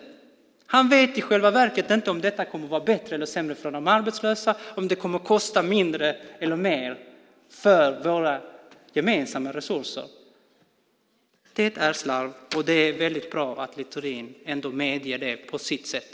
Han vet i själva verket inte om detta kommer att vara bättre eller sämre för de arbetslösa och om det kommer att kosta mindre eller mer för våra gemensamma resurser. Det är slarv, och det är bra att Littorin ändå medger det på sitt sätt.